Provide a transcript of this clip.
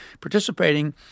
participating